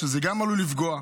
וגם זה עלול לפגוע.